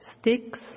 sticks